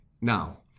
Now